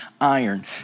iron